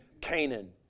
Canaan